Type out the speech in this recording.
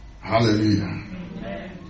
Hallelujah